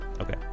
Okay